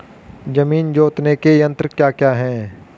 जमीन जोतने के यंत्र क्या क्या हैं?